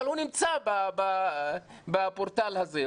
אבל הוא נמצא בפורטל הזה,